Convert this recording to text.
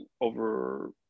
over